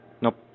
Nope